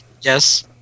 Yes